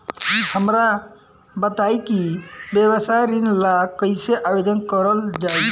हमरा बताई कि व्यवसाय ऋण ला कइसे आवेदन करल जाई?